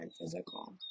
physical